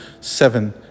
seven